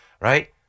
right